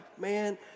Man